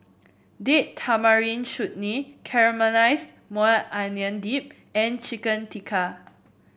Date Tamarind Chutney Caramelized Maui Onion Dip and Chicken Tikka